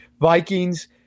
Vikings –